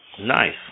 Nice